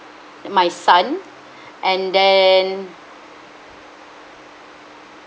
my son and then